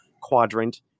quadrant